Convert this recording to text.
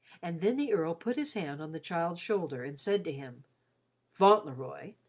and then the earl put his hand on the child's shoulder and said to him fauntleroy,